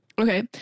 Okay